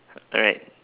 alright